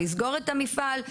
לסגור את המפעל,